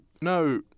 no